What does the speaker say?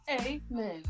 Amen